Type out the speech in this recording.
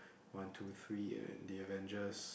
one two three and the Avengers